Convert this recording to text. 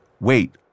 wait